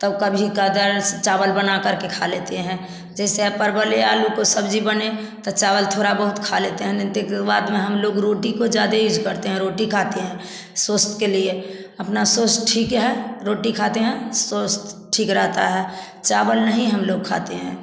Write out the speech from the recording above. तो कभी कदार चावल बनाकर के खा लेते हैं जैसे परवल आलू की सब्जी बने तो चावल थोड़ा बहुत खा लेते हैं नहीं तो दे बाद में हम लोग रोटी को ज्यादा यूज करते हैं रोटी खाते हैं स्वास्थ्य के लिए अपना स्वास्थ्य ठीक है रोटी खाते हैं स्वास्थ ठीक रहता है चावल नहीं हम लोग खाते हैं